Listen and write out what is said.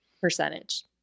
percentage